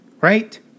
Right